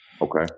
okay